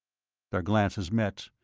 their glances met,